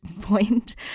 point